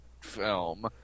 film